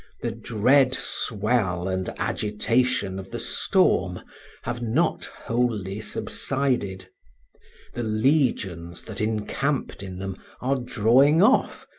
the dread swell and agitation of the storm have not wholly subsided the legions that encamped in them are drawing off,